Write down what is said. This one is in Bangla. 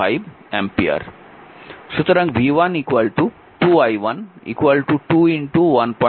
সুতরাং v1 2 i1 2 15 3 ভোল্ট